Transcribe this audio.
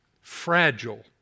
fragile